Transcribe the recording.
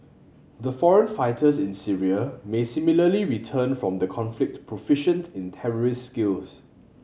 the foreign fighters in Syria may similarly return from the conflict proficient in terrorist skills